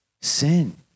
sin